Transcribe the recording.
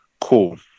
Cool